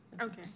Okay